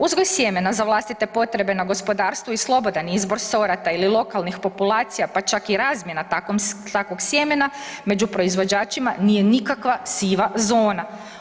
Uzgoj sjemena za vlastite potrebe na gospodarstvu i slobodan je izbor sorata ili lokalnih populacija pa čak i razmjena takvog sjemena među proizvođačima nije nikakva siva zona.